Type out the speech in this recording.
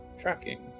tracking